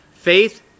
Faith